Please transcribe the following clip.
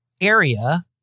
area